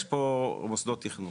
יש פה מוסדות תכנון.